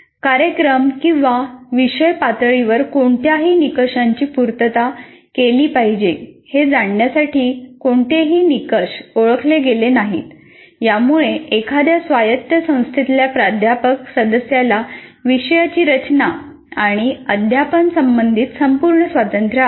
कार्यक्रम किंवा विषय पातळीवर कोणत्या निकषांची पूर्तता केली पाहिजे हे जाणण्यासाठी कोणतेही निकष ओळखले गेले नाहीत यामुळे एखाद्या स्वायत्त संस्थेतल्या प्राध्यापक सदस्याला विषयाची रचना आणि अध्यापन संबंधित संपूर्ण स्वातंत्र्य आहे